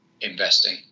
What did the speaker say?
investing